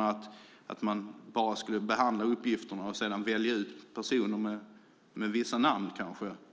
Att behandla uppgifterna och sedan välja ut personer med till exempel vissa namn